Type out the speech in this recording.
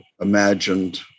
imagined